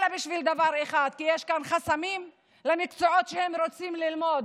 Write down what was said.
אלא רק בגלל דבר אחד: כי יש כאן חסמים למקצועות שהם רוצים ללמוד.